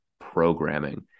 programming